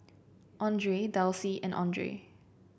Andre Delsey and Andre